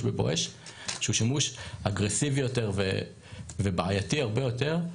ב"בואש" שהוא שימוש אגרסיבי יותר ובעייתי הרבה יותר,